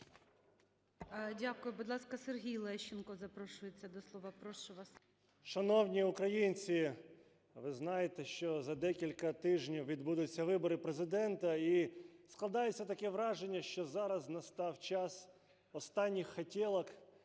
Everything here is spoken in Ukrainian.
Дякую. Будь ласка, Сергій Лещенко запрошується до слова. Прошу вас. 13:12:42 ЛЕЩЕНКО С.А. Шановні українці, ви знаєте, що за декілька тижнів відбудуться вибори Президента, і складається таке враження, що зараз настав час останніх "хотєлок",